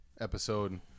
episode